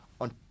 on